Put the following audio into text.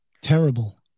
Terrible